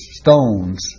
stones